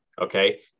Okay